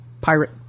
pirate